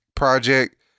Project